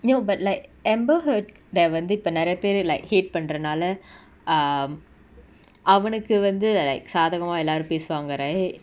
you know but like amber heard the வந்து இப்ப நெரயபேரு:vanthu ippa nerayaperu like hurt பன்ரனால:panranaala um அவனுக்கு வந்து:avanuku vanthu like சாதகமா எல்லாரு பேசுவாங்க:saathakama ellaru pesuvaanga right